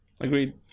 Agreed